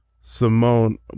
Simone